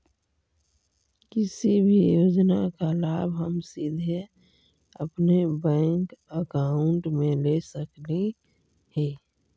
किसी भी योजना का लाभ हम सीधे अपने बैंक अकाउंट में ले सकली ही?